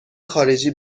خارجی